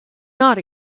not